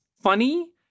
funny